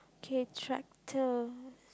K tractor